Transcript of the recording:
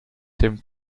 dem